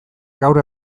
gaur